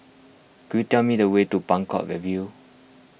could you tell me the way to Buangkok review